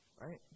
Right